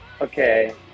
okay